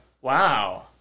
wow